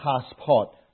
passport